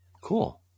cool